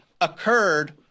occurred